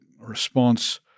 response